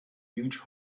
huge